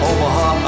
Omaha